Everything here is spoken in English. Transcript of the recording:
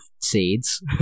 seeds